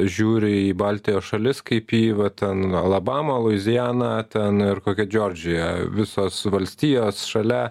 žiūri į baltijos šalis kaip į vat ten alabamą luizianą ten ir kokią džiordžiją visos valstijos šalia